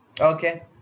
okay